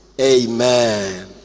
amen